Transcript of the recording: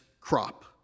crop